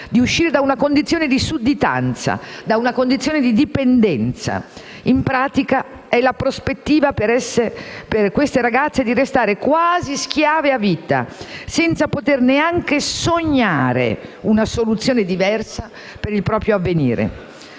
di uscire da una condizione di sudditanza, di dipendenza; in pratica, è la prospettiva per queste ragazze di restare quasi schiave a vita, senza poter neanche sognare una soluzione diversa per il proprio avvenire.